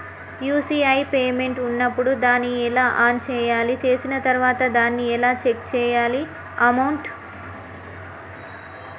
UPI payment ఉన్నప్పుడు దాన్ని ఎలా ఆన్ చేయాలి? చేసిన తర్వాత దాన్ని ఎలా చెక్ చేయాలి అమౌంట్?